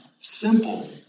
simple